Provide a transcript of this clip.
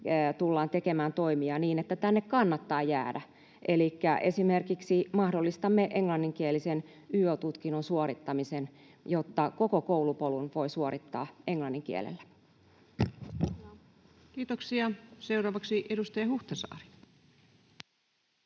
tullaan tekemään toimia niin, että tänne kannattaa jäädä, elikkä esimerkiksi mahdollistamme englanninkielisen yo-tutkinnon suorittamisen, jotta koko koulupolun voi suorittaa englannin kielellä. Kiitoksia. — Seuraavaksi edustaja Huhtasaari.